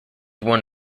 one